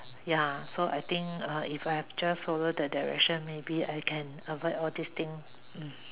ya so I think uh if I just follow that Direction maybe I can avoid all this thing mm